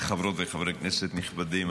חברות וחברי כנסת נכבדים,